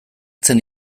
zen